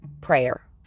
prayer